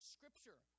Scripture